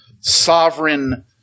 sovereign